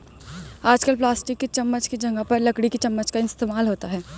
आजकल प्लास्टिक की चमच्च की जगह पर लकड़ी की चमच्च का इस्तेमाल होता है